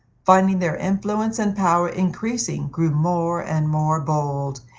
finding their influence and power increasing, grew more and more bold,